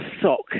sock